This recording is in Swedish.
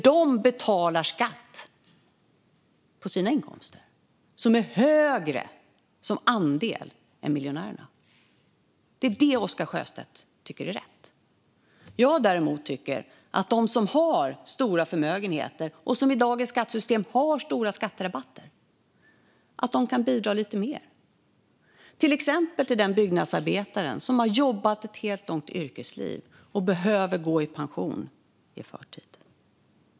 De betalar skatt på sina inkomster, som är högre som andel än vad miljonärerna betalar. Det är vad Oscar Sjöstedt tycker är rätt. Jag däremot tycker att de som har stora förmögenheter, och som i dagens skattesystem har stora skatterabatter, kan bidra lite mer. De kan de till exempel göra till den byggnadsarbetare som har jobbat ett helt långt yrkesliv och behöver gå i pension i förtid.